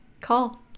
call